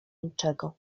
niczego